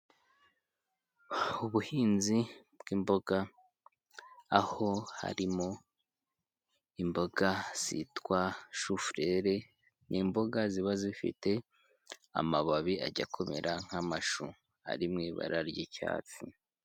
Ubuhinzi bw'imboga, aho harimo imboga zitwa shufurere, ni imboga ziba zifite amababi ajya kumera nk'amashu ari mu ibara ry'icyatsi.